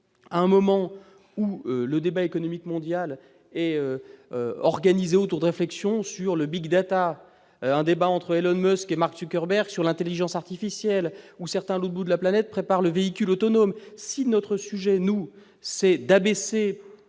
à un moment où le débat économique mondiale est organisé autour de réflexion sur le Big Data, un débat entre l'homme ce qui que Martin Koerber sur l'Intelligence artificielle ou certains bout de la planète, prépare le véhicule autonome si notre sujet, nous c'est d'abaisser